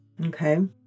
Okay